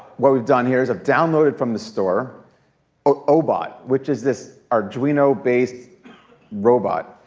what we're done here is i've downloaded from the store obot, which is this arduino-based robot.